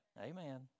Amen